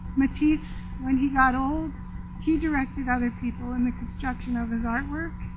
matisse when he got old he directed other people in the construction of his artwork.